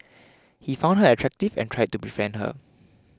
he found her attractive and tried to befriend her